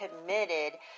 committed